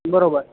બરોબર